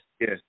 Yes